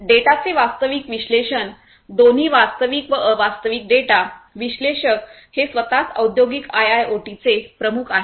डेटाचे वास्तविक विश्लेषण दोन्ही वास्तविक व अवास्तविक डेटा विश्लेषक हे स्वतःच औद्योगिक आयओटीचे प्रमुख आहेत